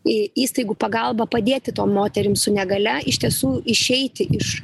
į įstaigų pagalba padėti tom moterim su negalia iš tiesų išeiti iš